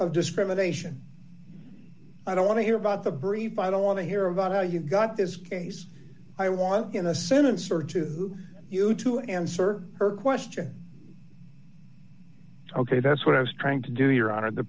of discrimination i don't want to hear about the brief i don't want to hear about how you got this case i want in a sentence or two you to answer her question ok that's what i was trying to do your honor the